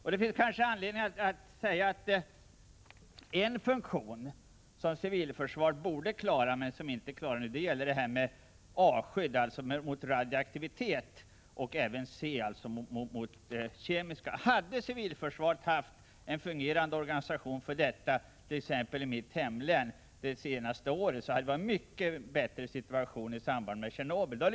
Det finns kanske anledning att säga att en funktion som civilförsvaret borde klara men inte klarar i dag gäller det s.k. A-skyddet, dvs. skydd mot radioaktivitet, och C-skyddet, alltså skydd mot kemiska skador. Hade civilförsvaret haft en fungerande organisation för detta i t.ex. mitt hemlän under det senaste året hade situationen varit mycket bättre än den var i samband med Tjernobylolyckan.